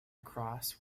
across